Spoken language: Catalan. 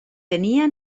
tenia